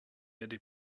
erde